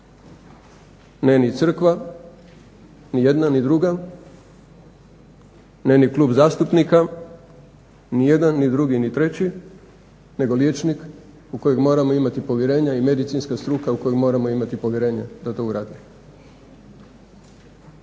Ne ni Crkva ni jedna ni druga ne ni klub zastupnika ni jedan ni drugi ni treći nego liječnik u kojeg moramo imati povjerenja i medicinska struka u koju moramo imati povjerenja da to uradi.